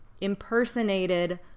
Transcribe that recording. impersonated